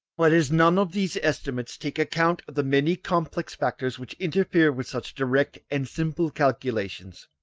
but as none of these estimates take account of the many complex factors which interfere with such direct and simple calculations,